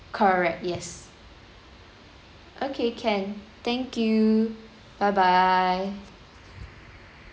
correct yes okay can thank you bye bye